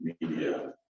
media